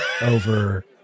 over